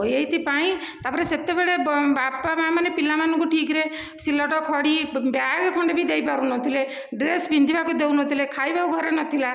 ଏଇଥିପାଇଁ ତାପରେ ସେତେବେଳେ ବାପା ମା ମାନେ ପିଲାମାନଙ୍କୁ ଠିକରେ ସିଲଟ ଖଡ଼ି ବ୍ୟାଗ ଖଣ୍ଡେ ବି ଦେଇପାରୁନଥିଲେ ଡ୍ରେସ୍ ପିନ୍ଧିବାକୁ ଦେଉନଥିଲେ ଖାଇବାକୁ ଘରେ ନଥିଲା